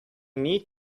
need